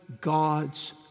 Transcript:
God's